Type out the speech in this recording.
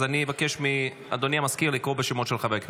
אני אבקש מאדוני המזכיר לקרוא בשמות של חברי הכנסת.